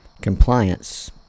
compliance